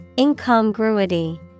Incongruity